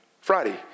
Friday